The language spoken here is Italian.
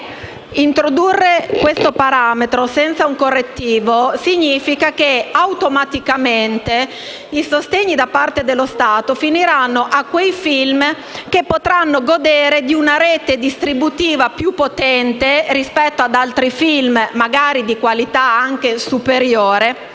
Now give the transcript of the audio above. introdurre questo parametro senza un correttivo significa che, automaticamente, i sostegni da parte dello Stato finiranno a quei film che potranno godere di una rete distributiva più potente rispetto ad altri film, magari di qualità anche superiore,